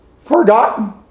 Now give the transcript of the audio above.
forgotten